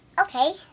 Okay